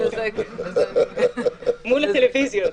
מול הטלוויזיות...